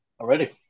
Already